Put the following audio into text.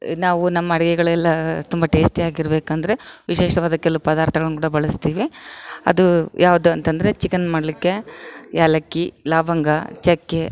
ನಾವು ನಮ್ಮ ಅಡಿಗೆಗಳೆಲ್ಲ ತುಂಬ ಟೇಸ್ಟಿಯಾಗಿರಬೇಕಂದರೆ ವಿಶೇಷವಾದ ಕೆಲವು ಪದಾರ್ಥಗಳನ್ನು ಕೂಡ ಬಳಸ್ತೀವಿ ಅದೂ ಯಾವುದು ಅಂತಂದರೆ ಚಿಕನ್ ಮಾಡಲಿಕ್ಕೆ ಯಾಲಕ್ಕಿ ಲವಂಗ ಚಕ್ಕೆ